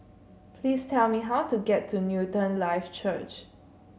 please tell me how to get to Newton Life Church